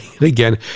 again